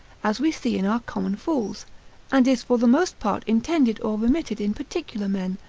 as we see in our common fools and is for the most part intended or remitted in particular men,